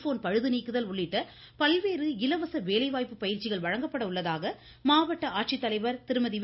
phone பழுது நீக்குதல் உள்ளிட்ட பல்வேறு இலவச வேலை வாய்ப்பு பயிற்சிகள் வழங்கப்பட உள்ளதாக மாவட்ட ஆட்சித்தலைவா் திருமதி வே